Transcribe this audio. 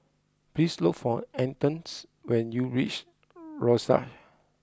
please look for Antons when you reach Rosyth